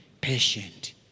patient